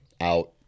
out